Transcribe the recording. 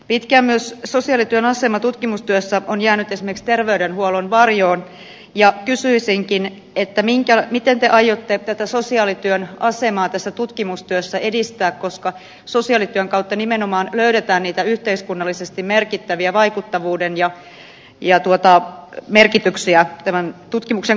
pitkään myös sosiaalityön asema tutkimustyössä on jäänyt esimerkiksi terveydenhuollon varjoon ja kysyisinkin miten te aiotte tätä sosiaalityön asemaa tässä tutkimustyössä edistää koska sosiaalityön kautta nimenomaan löydetään niitä yhteiskunnallisesti merkittäviä vaikuttavuuden merkityksiä tämän tutkimuksen kautta